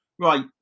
Right